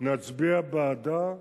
נצביע בעדה,